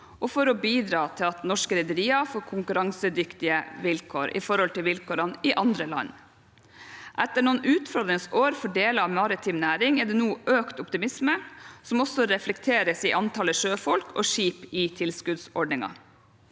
og for å bidra til at norske rederier får konkurransedyktige vilkår i forhold til vilkårene i andre land. Etter noen utfordrende år for deler av maritim næring er det nå økt optimisme, noe som også reflekteres i antallet sjøfolk og skip i tilskuddsordningen.